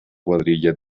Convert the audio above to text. cuadrilla